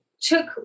took